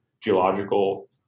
geological